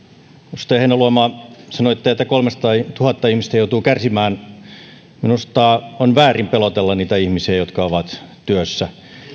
edustaja heinäluoma sanoitte että kolmesataatuhatta ihmistä joutuu kärsimään minusta on väärin pelotella ihmisiä jotka ovat työssä